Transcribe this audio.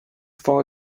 for